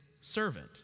servant